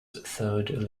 third